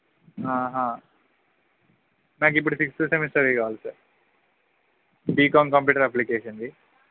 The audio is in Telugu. నాకిప్పుడు సిక్స్త్ సెమిస్టర్వి కావాలి సార్ బీకాం కంప్యూటర్ అప్లికేషన్ది